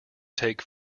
take